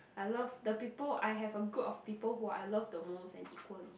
I love the people I have a group of people who I love the most and equally